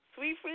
Sweet